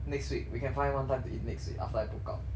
next week we can find one time to eat it next week after I book out